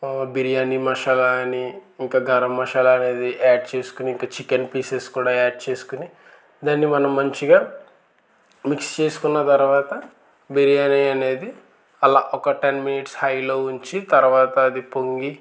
బిర్యానీ మసాలా అని ఇంకా గరం మసాలా అనేది యాడ్ చేసుకుని ఇంకా చికెన్ పీసెస్ కూడా యాడ్ చేసుకుని దాన్ని మనం మంచిగా మిక్స్ చేసుకున్న తర్వాత బిర్యానీ అనేది అలా ఒక టెన్ మినిట్స్ హైలో ఉంచి తర్వాత అది పొంగి